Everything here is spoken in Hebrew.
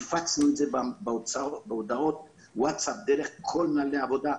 הפצנו את זה בהודעות ווטסאפ דרך כל מנהלי העבודה,